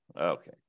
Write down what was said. Okay